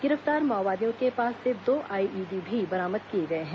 गिरफ्तार माओवादियों के पास से दो आईईडी भी बरामद किए गए हैं